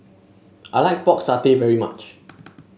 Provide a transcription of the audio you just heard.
I like Pork Satay very much